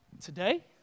today